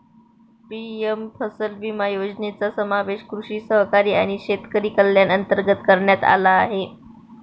PM फसल विमा योजनेचा समावेश कृषी सहकारी आणि शेतकरी कल्याण अंतर्गत करण्यात आला आहे